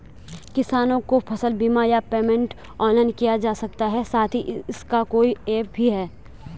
किसानों को फसल बीमा या पेमेंट ऑनलाइन किया जा सकता है साथ ही इसका कोई ऐप भी है?